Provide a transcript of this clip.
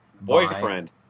Boyfriend